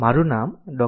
મારું નામ ડૉ